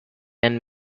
and